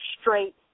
straight